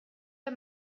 der